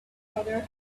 other